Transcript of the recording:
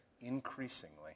increasingly